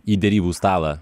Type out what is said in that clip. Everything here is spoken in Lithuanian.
į derybų stalą